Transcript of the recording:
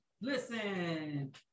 Listen